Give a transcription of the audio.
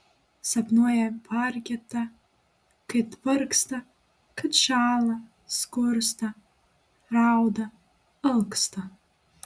sapnuoja vargeta kad vargsta kad šąla skursta rauda alksta